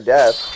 Death